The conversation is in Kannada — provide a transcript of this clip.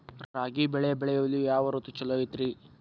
ರಾಗಿ ಬೆಳೆ ಬೆಳೆಯಲು ಯಾವ ಋತು ಛಲೋ ಐತ್ರಿ?